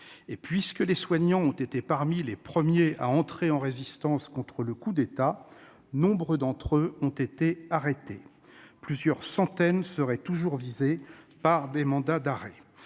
Puisque les soignants ont été parmi les premiers à entrer en résistance contre le coup d'État, nombre d'entre eux ont été arrêtés ; plusieurs centaines d'autres seraient toujours visés par des mandats d'arrêt.